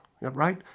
right